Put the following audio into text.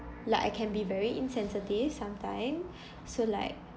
like I can be very insensitive some time so like